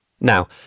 Now